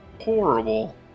horrible